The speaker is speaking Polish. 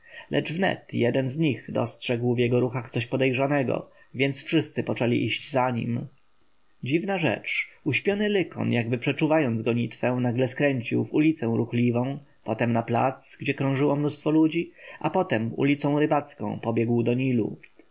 lecz wnet jeden z nich dostrzegł w jego ruchach coś podejrzanego więc wszyscy poczęli iść za nim dziwna rzecz uśpiony lykon jakby przeczuwając gonitwę nagle skręcił w ulicę ruchliwą potem na plac gdzie krążyło mnóstwo ludzi a potem ulicą rybacką pobiegł do